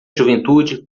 juventude